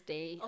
Day